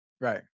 right